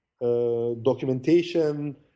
documentation